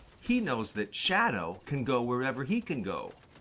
he knows that shadow can go wherever he can go.